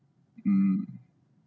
mm